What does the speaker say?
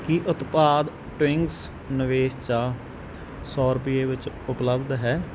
ਕੀ ਓਤਪਾਦ ਟਵਿੰਗਸ ਨਿਵੇਸ਼ ਚਾਹ ਸੌ ਰੁਪਏ ਵਿੱਚ ਉਪਲੱਬਧ ਹੈ